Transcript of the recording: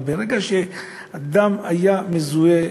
אבל ברגע שאדם היה מזוהה